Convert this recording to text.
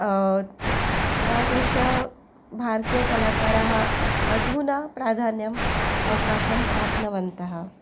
तादृश भारतीयकलाकाराः अधुना प्राधान्यम् अवकाशं प्राप्तवन्तः